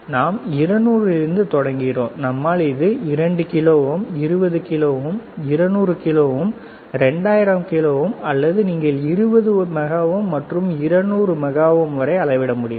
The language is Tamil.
நாம் 200 இலிருந்து தொடங்குகிறோம்நம்மால் இதில் 2 kilo ohm 20 kilo ohm 200 kilo ohm 2000 kilo ohm அல்லது நீங்கள் 20 மெகா ஓம் மற்றும் 200 மெகா ஓம் வரை அளவிட முடியும்